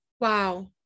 Wow